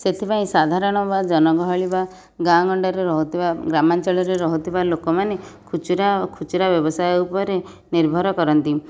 ସେଥିପାଇଁ ସାଧାରଣ ବା ଜନଗହଳି ବା ଗାଁଗଣ୍ଡାରେ ରହୁଥିବା ଗ୍ରାମାଞ୍ଚଳରେ ରହୁଥିବା ଲୋକମାନେ ଖୁଚୁରା ଖୁଚୁରା ବ୍ୟବସାୟ ଉପରେ ନିର୍ଭର କରନ୍ତି